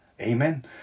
Amen